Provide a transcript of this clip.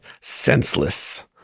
senseless